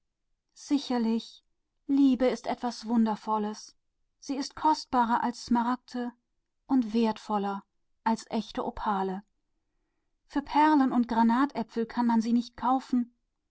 liebe ist etwas wundervolles kostbarer ist sie als smaragde und teurer als feine opale perlen und granaten können sie nicht kaufen